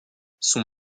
son